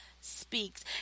speaks